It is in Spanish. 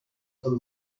por